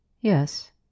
Yes